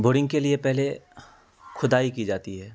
boring کے لیے پہلے کھدائی کی جاتی ہے